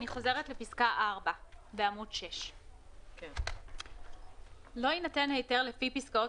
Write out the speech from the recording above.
אני חוזרת לפסקה (4) בעמוד 6: (4)לא יינתן היתר לפי פסקאות